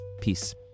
Peace